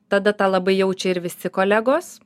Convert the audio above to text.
tada tą labai jaučia ir visi kolegos